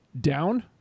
down